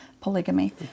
polygamy